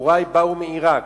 הורי באו מעירק,